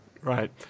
Right